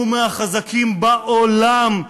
הוא מהחזקים בעולם,